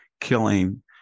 killing